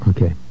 Okay